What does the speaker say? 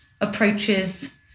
approaches